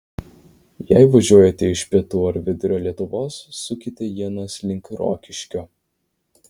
jei važiuojate iš pietų ar vidurio lietuvos sukite ienas link rokiškio